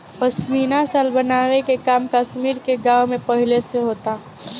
पश्मीना शाल बनावे के काम कश्मीर के गाँव में पहिले से होता